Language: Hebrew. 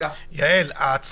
קודם כל לדאוג שהאזרח,